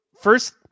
first